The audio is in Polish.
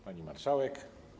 Pani Marszałek!